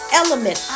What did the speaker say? element